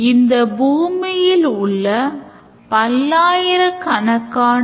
இது முக்கிய காட்சி இருக்கலாம்